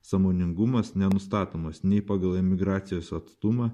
sąmoningumas nenustatomas nei pagal emigracijos atstumą